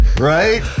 Right